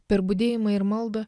per budėjimą ir maldą